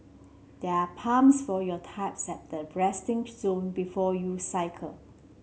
there are pumps for your tyres at the resting zone before you cycle